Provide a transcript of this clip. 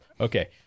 Okay